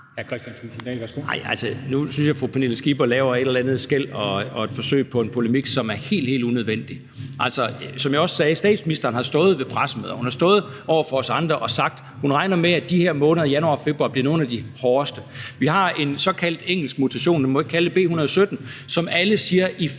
nu synes jeg, at fru Pernille Skipper laver et eller andet skel og et forsøg på en polemik, som er helt, helt unødvendig. Som jeg også sagde, har statsministeren stået ved pressemøder, og hun har stået over for os andre og sagt, at hun regnede med, at de her måneder, januar og februar, blev nogle af de hårdeste. Vi har en såkaldt engelsk mutation, B.1.1.7, som alle siger bliver